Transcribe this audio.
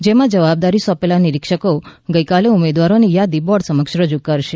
જેમાં જવાબદારી સોંપેલાં નિરીક્ષકો આજે ઉમેદવારોની યાદી બોર્ડ સમક્ષ રજૂ કરશે